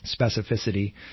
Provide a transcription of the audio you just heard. specificity